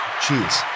Cheers